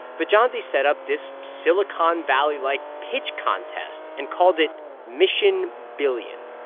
vyjayanti set up this silicon valley-like pitch contest and called it mission billion.